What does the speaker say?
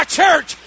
church